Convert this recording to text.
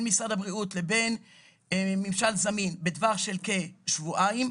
משרד הבריאות לבין ממשל זמין בטווח של כשבועיים.